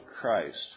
Christ